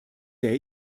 der